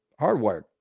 Hardwired